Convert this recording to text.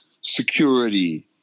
security